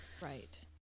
right